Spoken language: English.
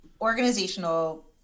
organizational